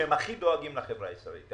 שהכי דואגים לחברה הישראלית.